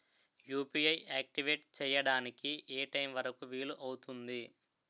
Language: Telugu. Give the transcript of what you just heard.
యు.పి.ఐ ఆక్టివేట్ చెయ్యడానికి ఏ టైమ్ వరుకు వీలు అవుతుంది?